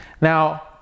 Now